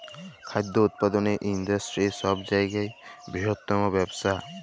খাদ্য উৎপাদলের ইন্ডাস্টিরি ছব জায়গার বিরহত্তম ব্যবসা